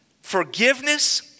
Forgiveness